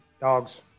Dogs